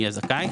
תהיה זכאית"